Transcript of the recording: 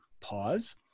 pause